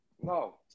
No